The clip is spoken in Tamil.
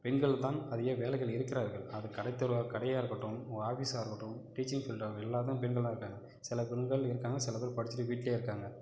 பெண்கள்தான் அதிக வேலைகளில் இருக்கிறார்கள் அது கடைத்தெருவாக இருக் கடையாக இருக்கட்டும் ஆபீஸாக இருக்கட்டும் டீச்சிங் ஃபீல்டாக இருக்கட்டும் எல்லாத்திலையும் பெண்கள்தான் இருக்காங்க சில பெண்கள் இருக்காங்க சில பேர் படிச்சுட்டு வீட்டிலயே இருக்காங்க